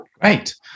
Great